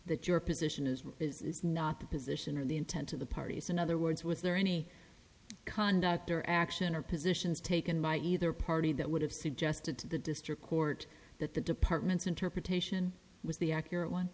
that your position is not the position or the intent of the parties in other words with there any conduct or action or positions taken by either party that would have suggested to the district court that the department's interpretation was the accurate one